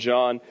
John